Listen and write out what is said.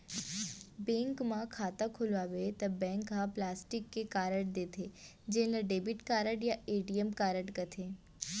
bank म खाता खोलवाबे त बैंक ह प्लास्टिक के कारड देथे जेन ल डेबिट कारड या ए.टी.एम कारड कथें